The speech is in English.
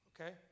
Okay